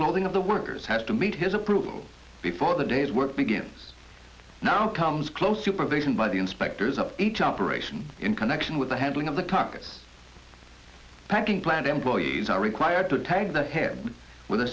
clothing of the workers has to meet his approval before the day's work begins now comes close supervision by the inspectors of each operation in connection with the handling of the carcass packing plant employees are required to tag the head w